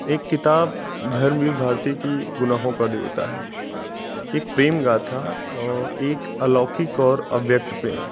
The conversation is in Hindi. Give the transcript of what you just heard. एक किताब धर्मवीर भारती की गुनाहों का देवता है एक प्रेम गाथा एक अलौकिक और अव्यक्त प्रेम